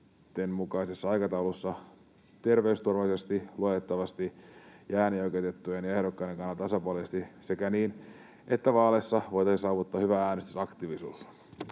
mukaisessa aikataulussa terveysturvallisesti, luotettavasti ja äänioikeutettujen ja ehdokkaiden kannalta tasapuolisesti sekä niin, että vaaleissa voitaisiin saavuttaa hyvä äänestysaktiivisuus.